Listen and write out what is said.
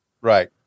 Right